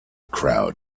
crowd